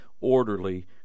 orderly